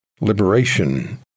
Liberation